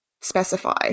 specify